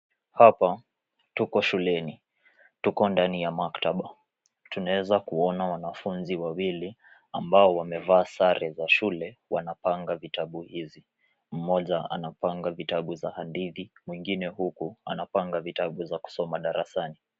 Hapa tuko shuleni tuko ndani ya maktaba tunaeza kuona wanafunzi wawili ambao wamevaa sare za shule wanapanga vitabu hizi mmoja anapanga vitabu za hadithi mwingine huku anapanga vitabu za kusoma darasani